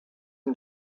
and